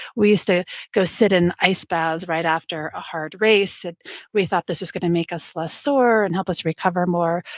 we used to go sit in ice baths right after a hard race, and we thought this was going to make us less sore and help us recover more,